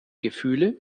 gefühle